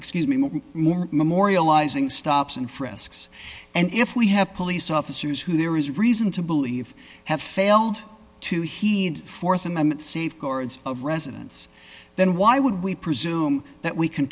excuse me more memorializing stops and frisks and if we have police officers who there is reason to believe have failed to heed th amendment safeguards of residence then why would we presume that we can